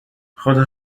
خدا